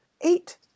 eight